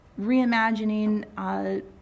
reimagining